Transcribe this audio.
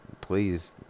please